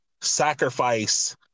sacrifice